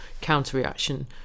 counter-reaction